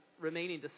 remaining